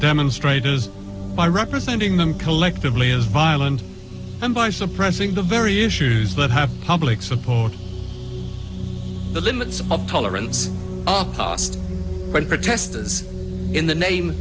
demonstrators by representing them collectively as violent and by suppressing the very issues that have public support the limits of tolerance our past but protest is what in the name